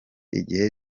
igihe